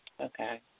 Okay